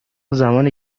زمانی